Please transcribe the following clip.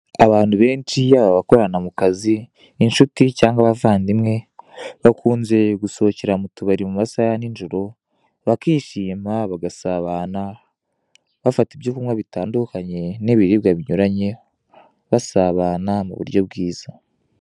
Abantu benshi yaba abakorana mu kazi, inshuti cyangwa abavandimwe bakunze gusohokera mu tubari mu masaha ya ni joro bakishima bagasabana bafata ibyo kunywa bitandukanye n'ibiribwa binyuranye basabana mu buryo bwiza.